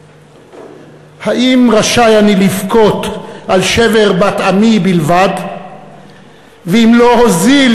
" אם רשאי אני לבכות על שבר בת עמי בלבד ואם לא הזיל